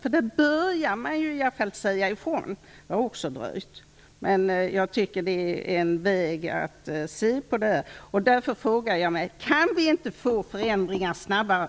Man börjar där i alla fall säga ifrån, även om också det har dröjt.